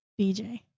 BJ